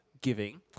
giving